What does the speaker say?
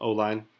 O-line